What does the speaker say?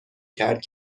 کرد